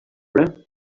mirror